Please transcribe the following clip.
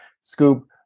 scoop